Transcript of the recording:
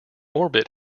orbit